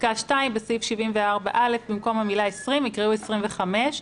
בסעיף 74(א), במקום המילה "20" יקראו "25".